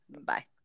Bye